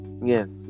yes